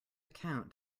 account